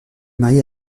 marié